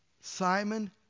Simon